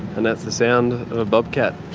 and that's the sound of a bobcat,